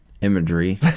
imagery